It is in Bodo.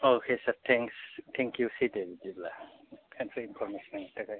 अके सार थेंक्स थेंकिउसै दे बिदिब्ला कनपरमेसन होनायनि थाखाय